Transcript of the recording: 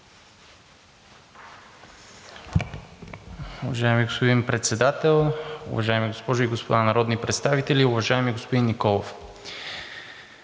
Уважаеми господин Председател, уважаеми госпожи и господа народни представители! Уважаеми господин Николов,